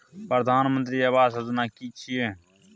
प्रधानमंत्री आवास योजना कि छिए?